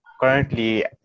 currently